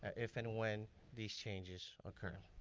if and when these changes occur.